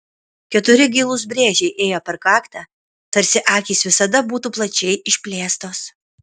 keturi gilūs brėžiai ėjo per kaktą tarsi akys visada būtų plačiai išplėstos